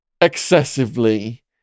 Excessively